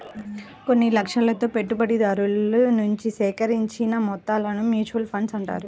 కొన్ని లక్ష్యాలతో పెట్టుబడిదారుల నుంచి సేకరించిన మొత్తాలను మ్యూచువల్ ఫండ్స్ అంటారు